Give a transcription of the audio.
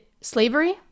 slavery